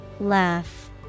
laugh